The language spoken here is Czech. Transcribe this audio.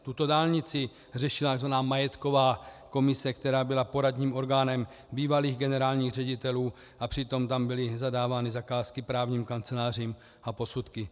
Tuto dálnici řešila tzv. majetková komise, která byla poradním orgánem bývalých generálních ředitelů, a přitom tam byly zadávány zakázky právním kancelářím a posudky.